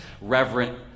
reverent